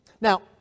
Now